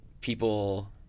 people